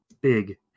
big